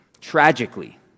tragically